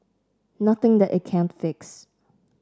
nothing that it can't fix